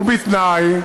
ובתנאי,